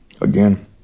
again